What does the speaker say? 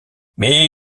mais